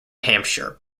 hampshire